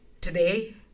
today